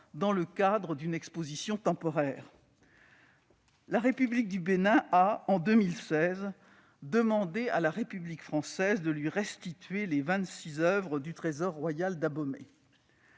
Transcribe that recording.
dans le cadre d'une exposition temporaire. La République du Bénin a, en 2016, demandé à la République française de lui restituer les vingt-six oeuvres du trésor royal d'Abomey.